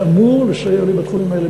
שאמור לסייע לי בתחומים האלה,